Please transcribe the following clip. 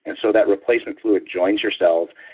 and so, that replacement fluid joins your cells,